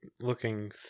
looking